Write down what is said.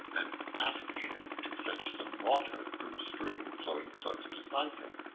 and asked him to fetch some water from a stream flowing close beside him.